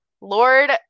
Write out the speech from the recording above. Lord